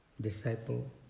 disciple